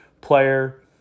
player